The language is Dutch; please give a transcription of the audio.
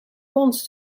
ons